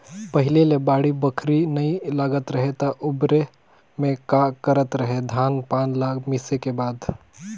पहिले ले बाड़ी बखरी नइ लगात रहें त ओबेरा में का करत रहें, धान पान ल मिसे के बाद